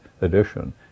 edition